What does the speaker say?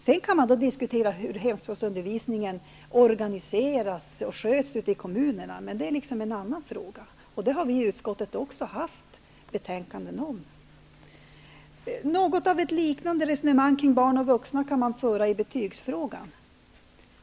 Sedan kan man diskutera hur hemspråksundervisningen skall organiseras och skötas ute i kommunerna, men det är en annan fråga, som vi i utskottet har avgett betänkanden om. Något av ett liknande resonemang kring barn och vuxna kan man föra i betygsfrågan.